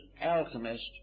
alchemist